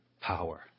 power